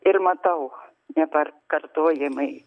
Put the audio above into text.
ir matau ne per kartojimai